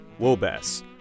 Wobes